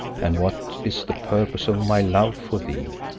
and what is the purpose of my love for thee,